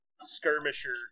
skirmisher